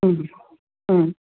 ம் ம்